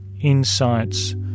insights